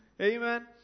Amen